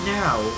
now